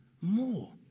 more